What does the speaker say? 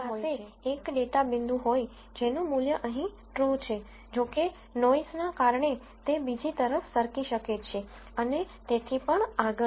તો મારી પાસે એક ડેટા પોઇન્ટ હોય જેનું મૂલ્ય અહીં true છે જો કે નોઈસના કારણે તે બીજી તરફ સરકી શકે છે અને તેથી પણ આગળ